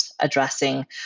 addressing